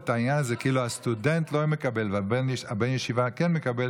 כך שלהשוות את העניין הזה כאילו הסטודנט לא מקבל ובן הישיבה כן מקבל,